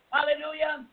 Hallelujah